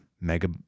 mega